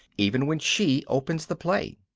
even when she opens the play.